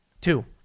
Two